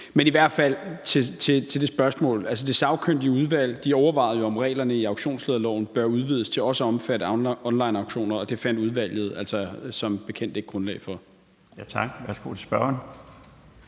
Men til spørgsmålet: Det sagkyndige udvalg overvejede jo, om reglerne i auktionslederloven bør udvides til også at omfatte onlineauktioner, og det fandt udvalget altså som bekendt ikke grundlag for.